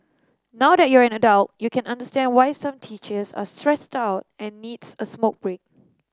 now that you're an adult you can understand why some teachers are stressed out and needs a smoke break